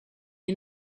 est